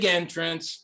entrance